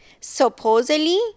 supposedly